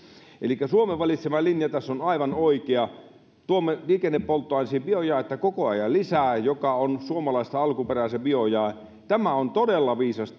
elikkä suomen valitsema linja tässä on aivan oikea tuomme liikennepolttoaineisiin biojaetta koko ajan lisää ja se biojae on suomalaista alkuperää tämä on todella viisas